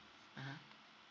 mmhmm